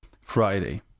Friday